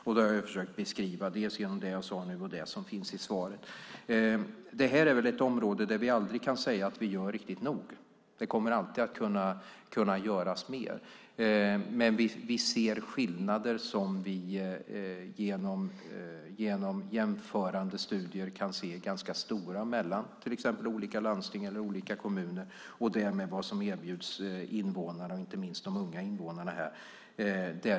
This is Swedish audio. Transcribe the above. Jag har försökt beskriva det genom det jag sade nu och det som finns i svaret. Detta är väl ett område där vi aldrig kan säga att vi gör nog. Det kommer alltid att kunna göras mer. Genom jämförande studier kan vi se ganska stora skillnader mellan till exempel olika landsting eller olika kommuner och därmed skillnader i vad som erbjuds invånarna, inte minst de unga invånarna.